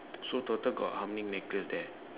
so total got how many necklace there